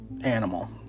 animal